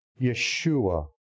Yeshua